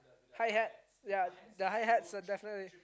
hi hat ya the hi hats definitely